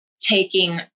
taking